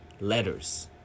letters